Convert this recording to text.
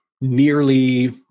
nearly